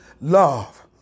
love